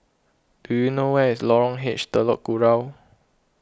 do you know where is Lorong H Telok Kurau